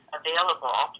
available